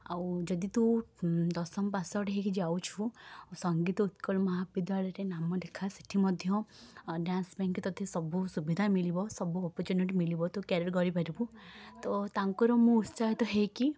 ଆଉ ଯଦି ତୁ ଦଶମ ପାସ୍ ଆଉଟ୍ ହେଇକି ଯାଉଛୁ ସଙ୍ଗୀତ ଉତ୍କଳ ମହାବିଦ୍ୟାଳୟରେ ନାମ ଲେଖା ସେଇଠି ମଧ୍ୟ ଡ୍ୟାନ୍ସ ପାଇଁକା ତୋତେ ସବୁ ସୁବିଧା ମିଳିବ ସବୁ ଅପର୍ଚ୍ୟୁନିଟି ମିଳିବ ତୁ କ୍ୟାରିୟର୍ ଗଢ଼ିପାରିବୁ ତ ତାଙ୍କଠୁ ମୁଁ ଉତ୍ସାହିତ ହେଇକି